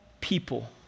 people